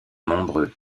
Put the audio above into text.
nombreux